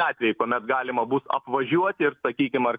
atvejų kuomet galima bus apvažiuoti ir sakykim ar